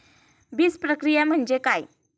बीजप्रक्रिया म्हणजे काय?